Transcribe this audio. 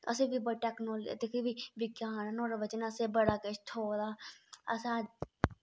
असें बी बड़ी टेक्नो जेह्के बी विज्ञान ऐ नोह्ड़े वजहा ने असेंगी बड़ा किश थ्होआ दा असें